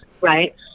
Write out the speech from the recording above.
right